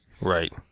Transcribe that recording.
Right